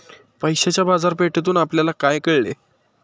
पैशाच्या बाजारपेठेतून आपल्याला काय कळले?